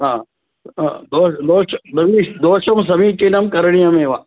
हा दो दोष् दिश् दोषं समीचीनं करणीयमेव